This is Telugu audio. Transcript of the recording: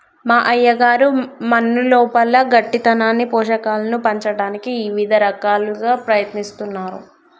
మా అయ్యగారు మన్నులోపల గట్టితనాన్ని పోషకాలను పంచటానికి ఇవిద రకాలుగా ప్రయత్నిస్తున్నారు